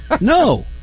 No